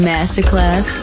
Masterclass